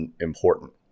important